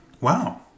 Wow